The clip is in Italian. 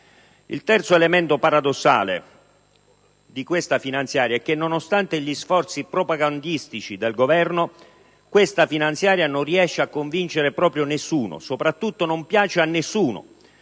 Il terzo elemento paradossale è che, nonostante gli sforzi propagandistici del Governo, questa finanziaria non riesce a convincere proprio nessuno, soprattutto non piace a nessuno.